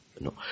No